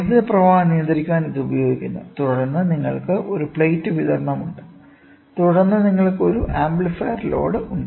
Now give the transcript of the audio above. വൈദ്യുത പ്രവാഹം നിയന്ത്രിക്കാൻ ഇത് ഉപയോഗിക്കുന്നു തുടർന്ന് നിങ്ങൾക്ക് ഒരു പ്ലേറ്റ് വിതരണമുണ്ട് തുടർന്ന് നിങ്ങൾക്ക് ഒരു ആംപ്ലിഫയർ ലോഡ് ഉണ്ട്